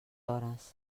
hores